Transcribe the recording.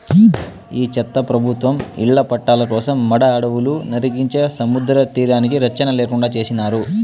ఈ చెత్త ప్రభుత్వం ఇళ్ల పట్టాల కోసం మడ అడవులు నరికించే సముద్రతీరానికి రచ్చన లేకుండా చేసినారు